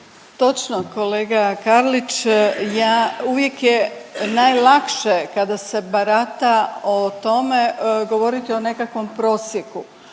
Točno kolega Karlić. Ja, uvijek je najlakše kada se barata o tome govoriti o nekakvom prosjeku,